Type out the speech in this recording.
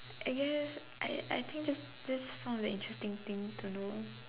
I guess I I think just this one of the interesting things to know